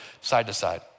side-to-side